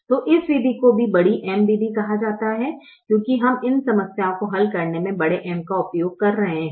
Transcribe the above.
तो इस विधि को भी बड़ी M विधि कहा जाता है क्योंकि हम इन समस्याओं को हल करने में बड़े M का उपयोग कर रहे हैं